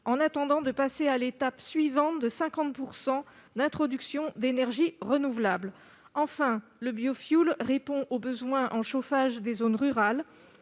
en attendant de passer à l'étape suivante de 50 % d'introduction d'énergie renouvelable. Enfin, le biofioul répond aux besoins en chauffage des zones rurales.